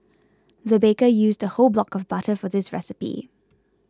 the baker used a whole block of butter for this recipe